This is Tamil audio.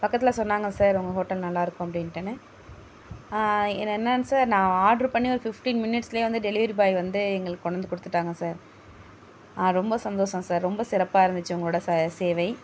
பக்கத்தில் சொன்னாங்க சார் உங்கள் ஹோட்டல் நல்லாயிருக்கும் அப்படின்ட்டுனு என்னென்னால் சார் நான் ஆர்டர் பண்ணி ஒரு ஃபிப்டின் மினிட்ஸ்லேயே வந்து டெலிவரி பாய் வந்து எங்களுக்கு வந்து கொடுத்துட்டாங்க சார் ரொம்ப சந்தோஷம் சார் ரொம்ப சிறப்பாக இருந்துச்சு உங்களோடய சே சேவை